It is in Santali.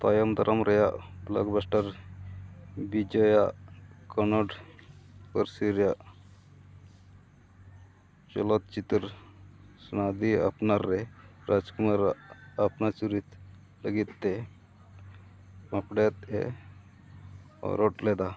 ᱛᱟᱭᱚᱢ ᱫᱟᱨᱟᱢ ᱨᱮᱭᱟᱜ ᱵᱞᱚᱠᱵᱟᱥᱴᱟᱨ ᱵᱤᱡᱚᱭᱟᱜ ᱠᱚᱱᱱᱚᱲ ᱯᱟᱹᱨᱥᱤ ᱨᱮᱭᱟᱜ ᱪᱚᱞᱚᱛ ᱪᱤᱛᱟᱹᱨ ᱥᱳᱱᱟᱫᱤ ᱟᱯᱱᱟᱨ ᱨᱮ ᱨᱟᱡᱽ ᱠᱩᱢᱟᱨᱟᱜ ᱟᱯᱱᱟᱨ ᱪᱚᱨᱤᱛ ᱞᱟᱹᱜᱤᱫᱛᱮ ᱯᱟᱯᱲᱮᱫ ᱮ ᱚᱰᱳᱠ ᱞᱮᱫᱟ